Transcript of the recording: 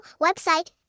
website